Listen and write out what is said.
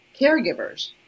caregivers